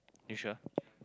you sure